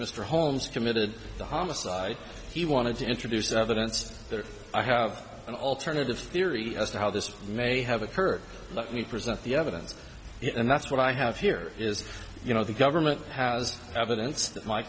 mr holmes committed the homicide he wanted to introduce evidence that i have an alternative theory as to how this may have occurred let me present the evidence and that's what i have here is you know the government has evidence